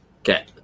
Okay